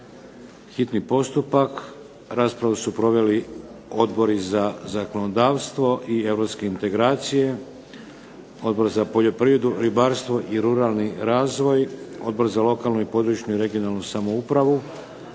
Hitni postupak. Raspravu su proveli Odbori za zakonodavstvo i europske integracije, Odbor za poljoprivredu, ribarstvo i ruralni razvoj, Odbor za lokalnu i područnu i regionalnu samoupravu.